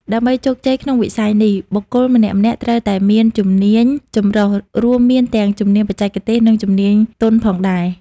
ដើម្បីជោគជ័យក្នុងវិស័យនេះ បុគ្គលម្នាក់ៗត្រូវតែមាន ជំនាញចម្រុះ រួមមានទាំងជំនាញបច្ចេកទេស និងជំនាញទន់ផងដែរ។